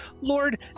Lord